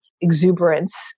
exuberance